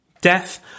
Death